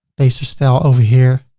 paste the style over here